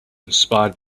inspired